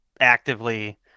actively